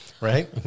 Right